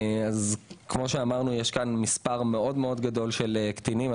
כמו שאמרנו יש כאן מספר מאוד גדול של קטינים.